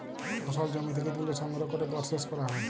ফসল জমি থ্যাকে ত্যুলে সংগ্রহ ক্যরে পরসেস ক্যরা হ্যয়